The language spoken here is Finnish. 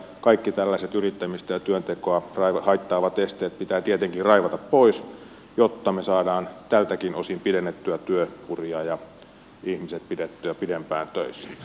kaikki tällaiset yrittämistä ja työntekoa haittaavat esteet pitää tietenkin raivata pois jotta me saamme tältäkin osin pidennettyä työuria ja ihmiset pidettyä pidempään töissä